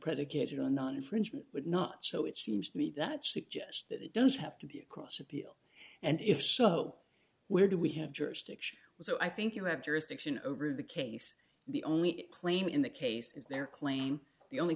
predicated on an infringement but not so it seems to me that suggests that they don't have to be across appeal and if so where do we have jurisdiction was so i think you have jurisdiction over the case the only claim in the case is their claim the only